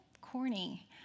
corny